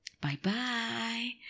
Bye-bye